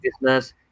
business